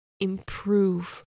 improve